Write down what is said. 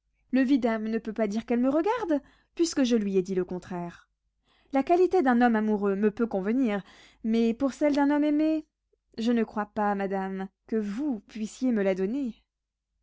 le vidame ne peut pas dire qu'elle me regarde puisque je lui ai dit le contraire la qualité d'un homme amoureux me peut convenir mais pour celle d'un homme aimé je ne crois pas madame que vous puissiez me la donner